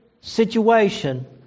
situation